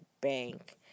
bank